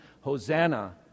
Hosanna